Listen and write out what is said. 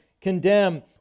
condemn